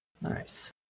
Nice